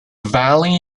valley